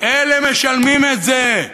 אלה משלמים את זה.